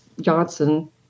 Johnson